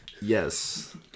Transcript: Yes